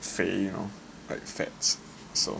肥 you know like fats so